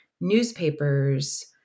newspapers